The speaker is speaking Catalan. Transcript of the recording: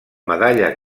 medalla